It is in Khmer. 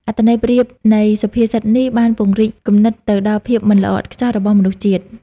អត្ថន័យធៀបនៃសុភាសិតនេះបានពង្រីកគំនិតទៅដល់ភាពមិនល្អឥតខ្ចោះរបស់មនុស្សជាតិ។